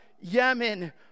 Yemen